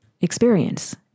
experience